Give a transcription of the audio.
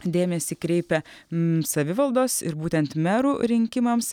dėmesį kreipia savivaldos ir būtent merų rinkimams